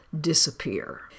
disappear